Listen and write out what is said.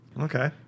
Okay